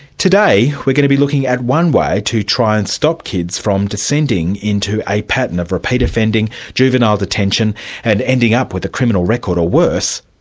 today we're going to be looking at one way to try and stop kids from descending into a pattern of repeat offending, juvenile detention and ending up with a criminal record, or worse,